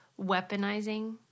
weaponizing